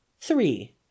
three